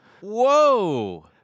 Whoa